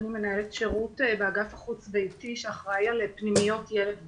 אני מנהלת שירות באגף החוץ-ביתי שאחראי על פנימיות ילד ונוער.